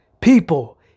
People